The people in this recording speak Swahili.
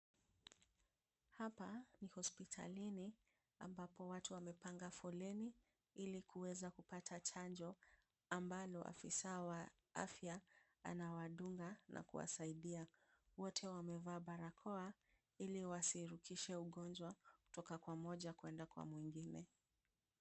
Hapa ni hospitalini ambapo watu wamepanga foleni, ili kuweza kupata chanjo ambalo afisa wa afya anawadunga na kuwasaidia. Wote wamevaa barakoa, ili wasirukishe ugonjwa kutoka kwa mmoja kwenda kwa mwingine.